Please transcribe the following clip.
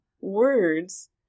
words